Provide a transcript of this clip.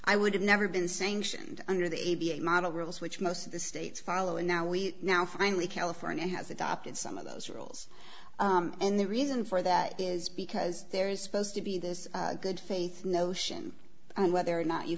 i would have never been sanctioned under the model rules which most states follow and now we now finally california has adopted some of those rules and the reason for that is because there is supposed to be this good faith notion and whether or not you